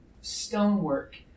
stonework